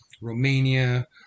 Romania